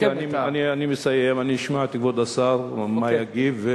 אני אסיים, אני אשמע את כבוד השר ומה הוא יגיב.